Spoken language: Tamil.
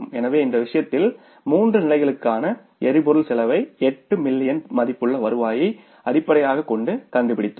எனவே இந்த விஷயத்தில் மூன்று நிலைகளுக்கான எரிபொருள் செலவை 8 மில்லியன் மதிப்புள்ள வருவாயை அடிப்படையாகக் கொண்டு கண்டுபிடித்தோம்